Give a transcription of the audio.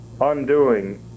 undoing